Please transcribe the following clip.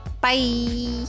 Bye